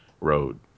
road